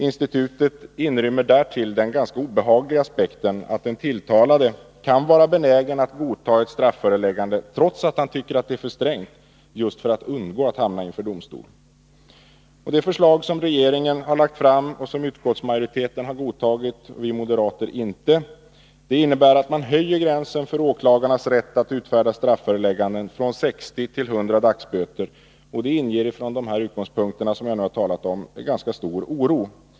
Institutet inrymmer därtill den ganska obehagliga aspekten, att den tilltalade kan vara benägen att godta ett strafföreläggande, trots att han tycker att det är för strängt, just för att undgå att hamna inför domstol. Det förslag som regeringen nu lagt fram och som utskottsmajoriteten godtagit — men inte vi moderater — innebär att man höjer gränsen för åklagarnas rätt att utfärda strafförelägganden från 60 till 100 dagsböter. Detta inger från de utgångspunkter jag nu talat om ganska stor oro.